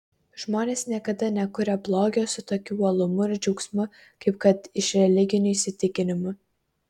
žmonės niekada nekuria blogio su tokiu uolumu ir džiaugsmu kaip kad iš religinių įsitikinimų